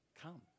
Come